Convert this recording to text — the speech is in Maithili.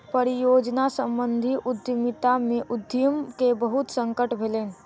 परियोजना सम्बंधित उद्यमिता में उद्यमी के बहुत संकट भेलैन